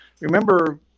remember